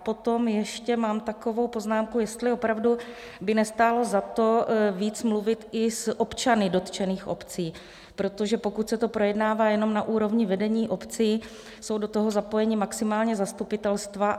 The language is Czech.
Potom ještě mám takovou poznámku, jestli opravdu by nestálo za to víc mluvit i s občany dotčených obcí, protože pokud se to projednává jenom na úrovni vedení obcí, jsou do toho zapojena maximálně zastupitelstva.